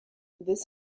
this